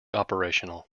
operational